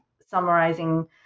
summarizing